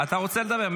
אתה רוצה לדבר?